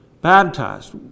Baptized